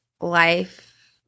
life